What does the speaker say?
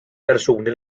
persuni